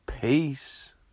Peace